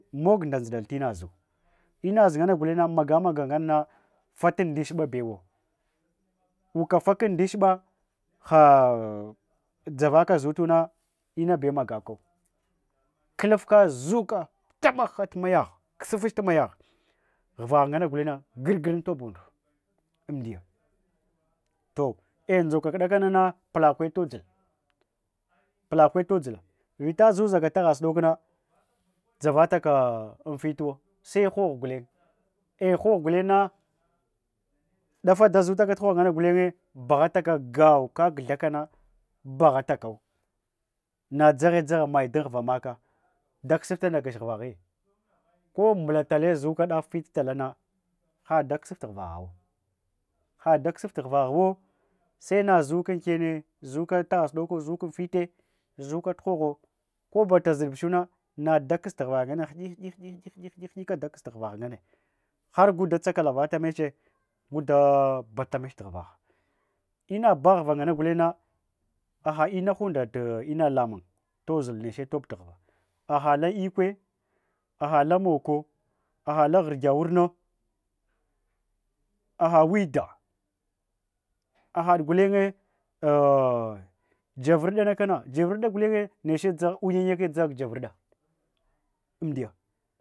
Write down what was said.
Mog nda ndzudal tinaz inaz nganna gulen-na magamagak nganna fata ndashiba bewa waka faka ndashiba ha’dzavaka zutuna inabew magakau kulufka zuka tamahhatu mayah kusufchetu mayagh ghuva nganna gulenna gurgura untobawunduha amdiya toh’ eh, ndzuka kudakana pulakwe wdzul pukkwe todzul fita zuzaka taghasudokna dzaval tak-unfituwo seghoho gulen eh’ghoghu gulenna dafada zul-aka tughoh nganna gulenne bahataka gau kak guthakana baghatakau nadzaghe dzagha maye dunghuvamaka dakusuf tagach ghuvaghe kombula talle zuka daf vitatalanna had-dakusuf ghuvaghu ladakusuftu ghuvaghuwo sena dzuka unkenne dzuka taghasudoko dzuka unfite dzuka tughogho kombata zudubuchina nadakustu ghuvagh nganne harguda tsakalavatameche inna baghuva nganna gulenna aha inahunda ina lamung tozul neche tobtu ghuva aha ikwo ahadla moko ahala hurgya warna aha widda ahad gulenye javur dana kana javurda gulenye uyayeke dzaghatu javurda.